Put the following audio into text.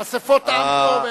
אספות העם פה,